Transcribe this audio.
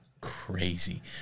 crazy